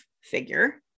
figure